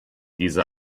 diese